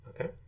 okay